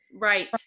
right